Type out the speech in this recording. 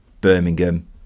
Birmingham